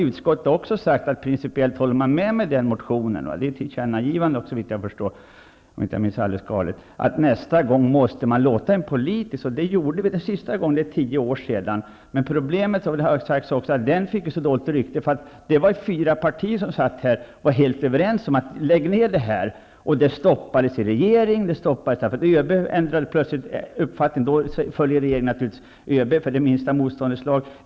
Utskottet har sagt att man i principiellt håller med mig om det som jag har sagt i motionen och såvitt jag förstår, om jag inte minns alldeles galet, gjort ett tillkännagivande om att man nästa gång måste låta politiker vara med i detta sammanhang. Det gjordes sista gången för tio år sedan. Men problemet är att det beslutet fick så dåligt rykte. Det var då fyra partier som var helt överens om vad man skulle lägga ned. Men det stoppades i regeringen, eftersom ÖB helt plötsligt ändrade uppfattning. Då följde regeringen naturligtvis ÖB -- det handlade om det minsta motståndets lag.